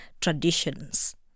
traditions